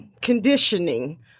conditioning